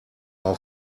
how